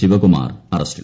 ശിവകുമാർ അറസ്റ്റിൽ